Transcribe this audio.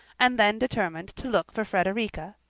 and then determined to look for frederica,